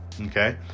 okay